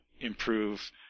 improve